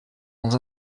dans